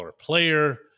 player